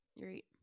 Great